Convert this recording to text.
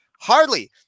hardly